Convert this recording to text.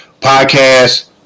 podcast